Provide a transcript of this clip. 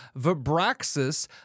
Vibraxis